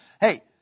hey